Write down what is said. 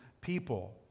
people